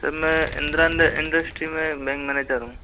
sir मैं industry में bank manager हूँ